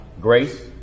grace